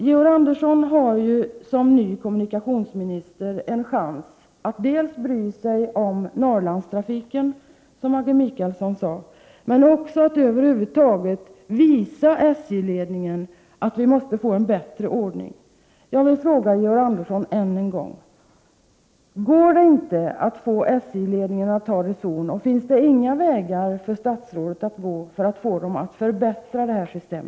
Georg Andersson har som ny kommunikationsminister en chans att dels bry sig om Norrlandstrafiken, som Maggi Mikaelsson sade, dels också att över huvud taget visa SJ-ledningen att det måste bli en bättre ordning. Jag vill fråga Georg Andersson än en gång: Går det inte att få SJ-ledningen att ta reson? Finns det inga vägar för statsrådet att gå för att få SJ att förbättra detta system?